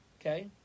okay